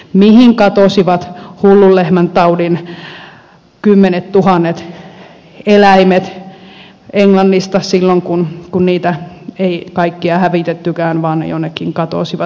mihin katosivat hullun lehmän taudin kymmenettuhannet eläimet englannista silloin kun niitä ei kaikkia hävitettykään vaan ne jonnekin katosivat